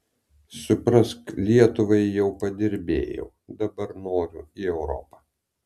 suprask lietuvai jau padirbėjau dabar noriu į europą